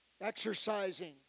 exercising